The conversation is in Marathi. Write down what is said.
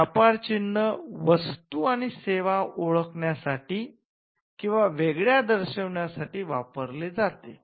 व्यापार चिन्ह वस्तू आणि सेवा ओळखण्यासाठी आणि वेगळ्या दर्शविण्यासाठी वापरले जाते